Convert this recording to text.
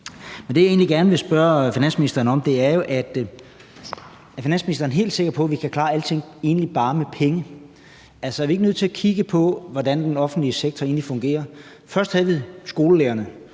egentlig gerne vil spørge finansministeren om, er: Er finansministeren helt sikker på, at vi egentlig kan klare alting bare med penge? Altså, er vi ikke nødt til at kigge på, hvordan den offentlige sektor egentlig fungerer? Først havde vi skolelærerne,